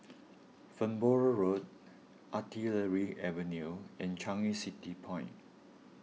Farnborough Road Artillery Avenue and Changi City Point